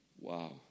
Wow